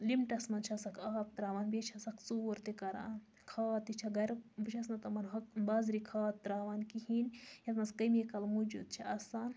لِمٹَس مَنٛز چھَسَکھ آب تراوان بیٚیہِ چھَسَکھ ژوٗر تہِ کَران کھاد تہِ چھ گَرِ بہٕ چھَس نہٕ تِمَن ہوٚ کھاد بازری کھاد تراوان کِہیٖنۍ یتھ مَنٛز کیٚمِکَل موجوٗد چھِ آسان